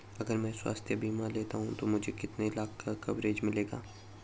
अगर मैं स्वास्थ्य बीमा लेता हूं तो मुझे कितने लाख का कवरेज मिलेगा?